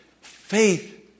faith